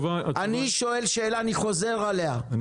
אני חוזר על השאלה.